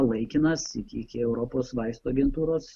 laikinas iki iki europos vaistų agentūros